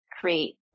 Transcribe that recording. create